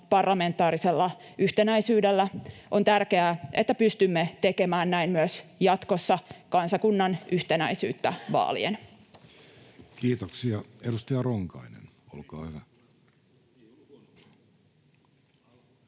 parlamentaarisella yhtenäisyydellä. On tärkeää, että pystymme tekemään näin myös jatkossa kansakunnan yhtenäisyyttä vaalien. Kiitoksia. — Edustaja Ronkainen, olkaa hyvä.